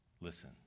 Listen